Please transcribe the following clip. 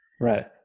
Right